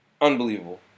Unbelievable